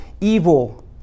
evil